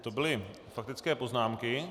To byly faktické poznámky.